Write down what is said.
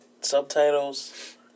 subtitles